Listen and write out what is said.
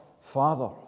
Father